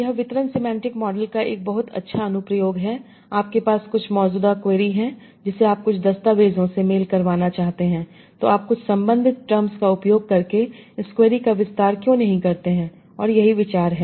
यह वितरण semantic model का एक बहुत अच्छा अनु प्रयोग है आपके पास कुछ मौजूदा क्वेरी है जिसे आप कुछ दस्तावेज़ों से मेल करवाना चाहते हैं तो आप कुछ संबंधित टर्म्स का उपयोग करके इस क्वेरी का विस्तार क्यों नहीं करते हैं और यही विचार है